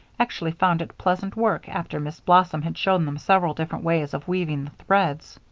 actually found it pleasant work after miss blossom had shown them several different ways of weaving the threads.